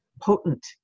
potent